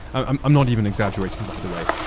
ah um um not even exaggerating, by the way.